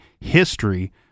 history